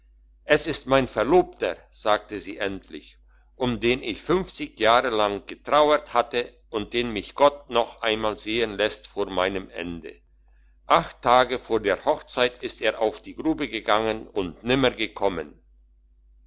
es ist mein verlobter sagte sie endlich um den ich fünfzig jahre lang getrauert hatte und den mich gott noch einmal sehen läßt vor meinem ende acht tage vor der hochzeit ist er auf die grube gegangen und nimmer gekommen